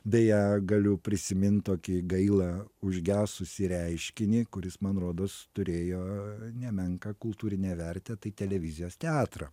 beje galiu prisimint tokį gaila užgesusį reiškinį kuris man rodos turėjo nemenką kultūrinę vertę tai televizijos teatrą